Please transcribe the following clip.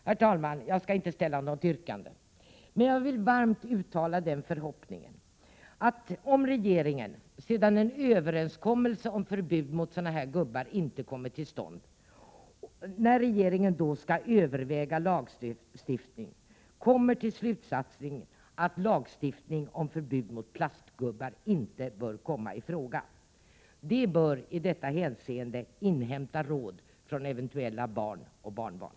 Herr talman! Jag skall inte ställa något yrkande. Jag vill dock varmt uttala den förhoppningen att regeringen, sedan en överenskommelse om förbud mot sådana här plastgubbar inte har kommit till stånd och regeringen då skall överväga lagstiftning, kommer till slutsatsen att lagstiftning om förbud mot plastgubbar inte bör komma i fråga. Regeringens ledamöter bör i detta hänseende inhämta råd från eventuella barn och barnbarn.